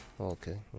Okay